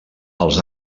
els